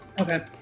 Okay